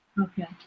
okay